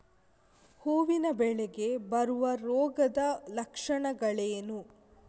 ಹೂವಿನ ಬೆಳೆಗೆ ಬರುವ ರೋಗದ ಲಕ್ಷಣಗಳೇನು?